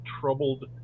troubled